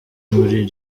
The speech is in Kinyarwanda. muri